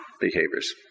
behaviors